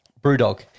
BrewDog